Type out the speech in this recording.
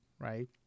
right